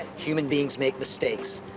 human beings make mistakes.